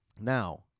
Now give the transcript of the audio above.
Now